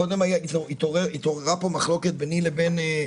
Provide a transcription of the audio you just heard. קודם התעוררה פה מחלוקת ביני לבין,